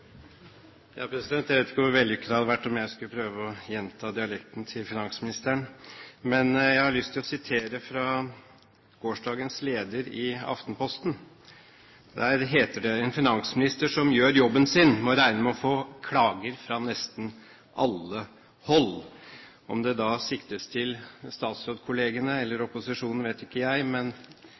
Jeg vet ikke hvor vellykket det hadde vært om jeg skulle prøve å gjenta dialekten til finansministeren! Jeg har lyst til å sitere fra gårsdagens leder i Aftenposten. Der heter det: «En finansminister som gjør jobben sin må regne med å få klager fra nesten alle hold.» Om det da siktes til statsrådskollegene eller opposisjonen, vet ikke jeg.